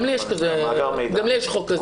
גם לי יש חוק כזה.